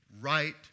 right